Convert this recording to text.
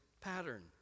pattern